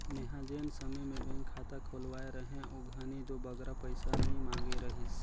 मेंहा जेन समे में बेंक खाता खोलवाए रहें ओ घनी दो बगरा पइसा नी मांगे रहिस